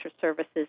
services